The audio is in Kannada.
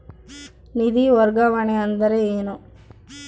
ನಿಧಿ ವರ್ಗಾವಣೆ ಅಂದರೆ ಏನು?